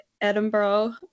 Edinburgh